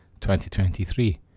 2023